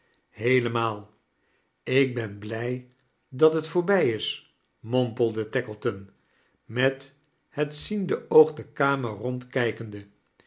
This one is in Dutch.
heelemaal ik ben blij dat het voorbij is mompelde tackleton met het ziende oog de kamer rondkijkende